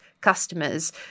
customers